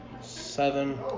Seven